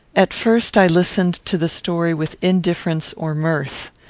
at first i listened to the story with indifference or mirth.